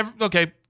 okay